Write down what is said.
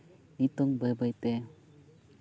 ᱱᱤᱛᱚᱝ ᱵᱟᱹᱭ ᱵᱟᱹᱭᱛᱮ